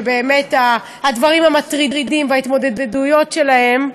ובאמת הדברים המטרידים וההתמודדויות שלהם,